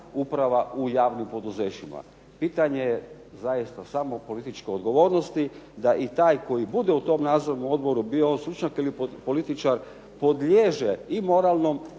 u javnim poduzećima. Pitanje je zaista samo o političkoj odgovornosti da i taj koji bude u nadzornom odboru, bio on stručnjak ili političar, podliježe i moralnom